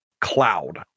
cloud